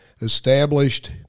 established